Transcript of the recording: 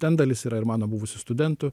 ten dalis yra ir mano buvusių studentų